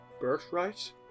birthright